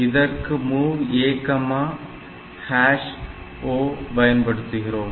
இதற்கு MOV A O பயன்படுத்துகிறோம்